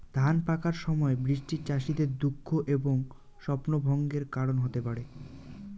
ধান পাকার সময় বৃষ্টি চাষীদের দুঃখ এবং স্বপ্নভঙ্গের কারণ হতে পারে